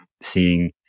seeing